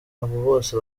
bose